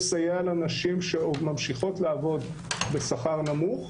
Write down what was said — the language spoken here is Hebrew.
לסייע לנשים שעוד ממשיכות לעבוד בשכר נמוך.